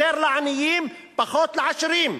יותר לעניים, פחות לעשירים.